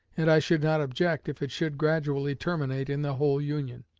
and i should not object if it should gradually terminate in the whole union.